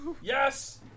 Yes